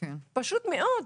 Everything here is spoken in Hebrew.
פשוט מאוד.